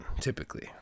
typically